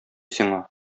сиңа